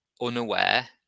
Unaware